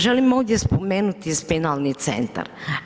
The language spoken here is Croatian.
Želim ovdje spomenuti spinalni centar.